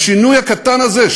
השינוי הקטן הזה,